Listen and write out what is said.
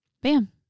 Bam